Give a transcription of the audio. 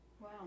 Wow